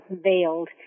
veiled